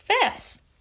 fast